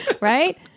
Right